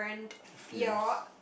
fears